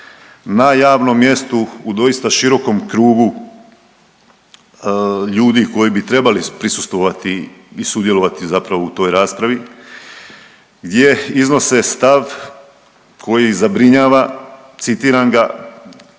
na javnom mjestu u doista širokom krugu ljudi koji bi trebali prisustvovati i sudjelovati zapravo u toj raspravi gdje iznose stav koji zabrinjava, citiram ga,